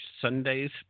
Sundays